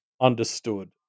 understood